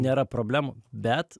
nėra problemų bet